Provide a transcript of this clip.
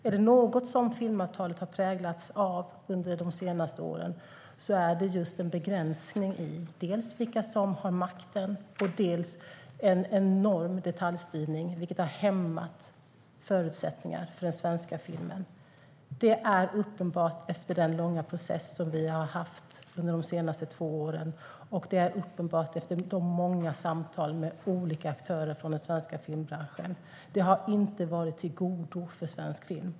Är det något som filmavtalet har präglats av under de senaste åren är det just en begränsning i vilka som har makten och därtill en enorm detaljstyrning, vilket har hämmat förutsättningarna för den svenska filmen. Det är uppenbart efter den långa process som vi har haft under de senaste två åren, och det är uppenbart efter många samtal med olika aktörer från den svenska filmbranschen. Det har inte varit av godo för svensk film.